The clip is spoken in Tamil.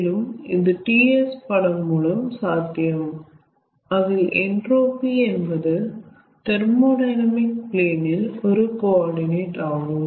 மேலும் இது T S படம் மூலம் சாத்தியம் அதில் என்ட்ரோபி என்பது தெர்மோடையனாமிக் பிளேன் இல் ஒரு கோ ஆர்டினட் ஆகும்